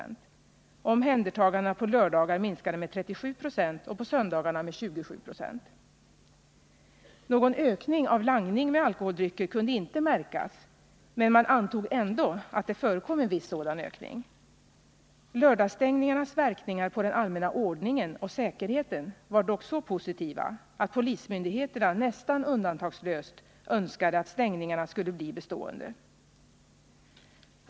Någon ökning av langning med alkoholdrycker kunde inte märkas, men man antog ändå att det förekom en viss sådan ökning. Lördagsstängningarnas verkningar på den allmänna ordningen och säkerheten var dock så positiva att polismyndigheterna nästan undantagslöst önskade att stängningarna skulle bli bestående.